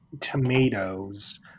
tomatoes